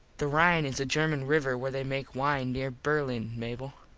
the rine is a german river where they make wine near berlin, mable.